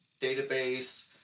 Database